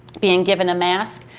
being given a mask,